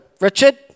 Richard